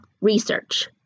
research